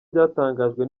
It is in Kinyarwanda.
byatangajwe